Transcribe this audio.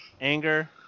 anger